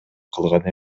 кылган